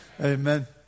amen